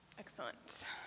Excellent